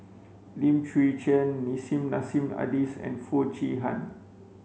Lim Chwee Chian Nissim Nassim Adis and Foo Chee Han